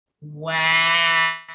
Wow